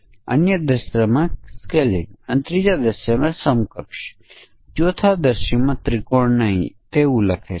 અને બીજા માટે પણ બે અમાન્ય સમકક્ષ વર્ગો છે એક 5 કરતા વધારે છે અને બીજું અમાન્ય અક્ષર જેમ કે નિયંત્રણ અક્ષર છે